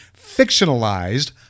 fictionalized